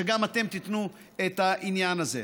שגם אתם תיתנו את העניין הזה.